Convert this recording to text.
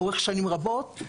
לאורך שנים רבות,